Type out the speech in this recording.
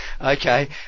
Okay